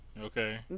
Okay